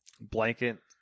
Blanket